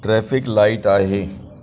traffic light आहे